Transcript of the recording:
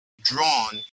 drawn